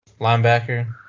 linebacker